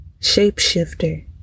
Shapeshifter